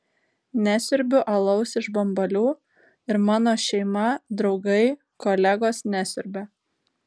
nesiurbiu alaus iš bambalių ir mano šeima draugai kolegos nesiurbia